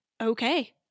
Okay